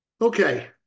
Okay